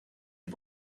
nie